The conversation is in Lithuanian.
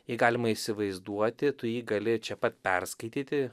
jį galima įsivaizduoti tu jį gali čia pat perskaityti